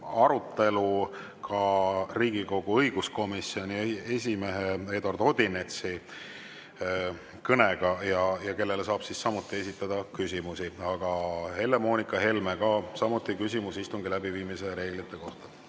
arutelu ka Riigikogu õiguskomisjoni esimehe Eduard Odinetsi kõnega. Ja temale saab samuti esitada küsimusi. Aga Helle-Moonika Helmel on samuti küsimus istungi läbiviimise reeglite kohta.